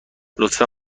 لطفا